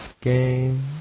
Game